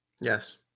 Yes